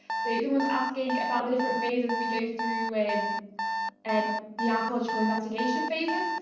so someone's asking about the different phases we go through, and and the archeological investigation phases.